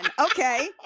Okay